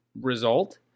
result